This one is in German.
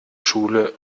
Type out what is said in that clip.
schule